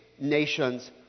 nations